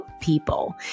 People